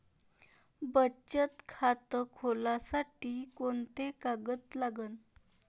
बचत खात खोलासाठी कोंते कागद लागन?